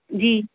जी